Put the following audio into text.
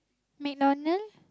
McDonald's